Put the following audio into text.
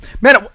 Man